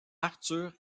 arthur